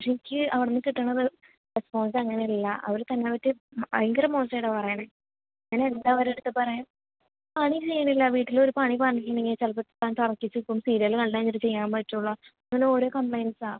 പക്ഷെ എനിക്ക് അവിടെനിന്ന് കിട്ടുന്നത് എപ്പോഴത്തെ അങ്ങനെ അല്ല അവര് തന്നെ പറ്റി ഭയങ്കര മോശം ആയിട്ടാണ് പറയുന്നത് ഞാൻ എന്താ അവരുടെ അടുത്ത് പറയുക പണി ചെയ്യുന്നില്ല വീട്ടിൽ ഒരു പണി പറഞ്ഞിട്ട് ഉണ്ടെങ്കിൽ ചിലപ്പോൾ താൻ തർക്കിച്ച് നിൽക്കും സീരിയൽ കണ്ട് കഴിഞ്ഞിട്ട് ചെയ്യാൻ പറ്റുള്ളൂ അങ്ങനെ ഓരോ കംപ്ലയിൻറ്റ്സാണ്